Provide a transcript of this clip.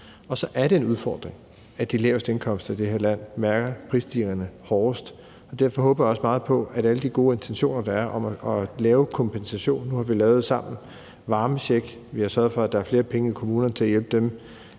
og så er det en udfordring, at de laveste indkomster i det her land mærker prisstigningerne hårdest, og derfor håber jeg også meget på, at alle de gode intentioner, der er, om at lave kompensation, kan blive til noget. Nu har vi sammen lavet varmecheck, vi har sørget for, at der er flere penge i kommunerne til at hjælpe dem,